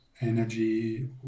energy